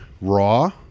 raw